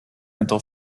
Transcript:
mental